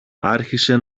άρχισε